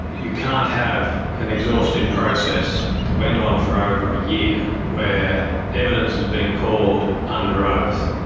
you can't have an exhaustive process that went on for over a year, where evidence was being called under oath,